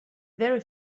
very